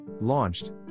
Launched